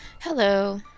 Hello